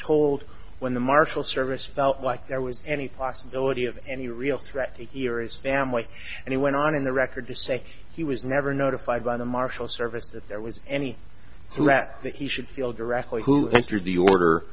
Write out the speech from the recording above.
told when the marshal service felt like there was any possibility of any real threat here is family and he went on in the record to say he was never notified by the marshal service that there was any threat that he should feel directly who after the order